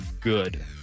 good